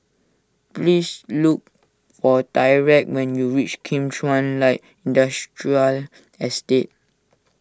please look for Tyrek when you reach Kim Chuan Light Industrial Estate